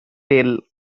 tale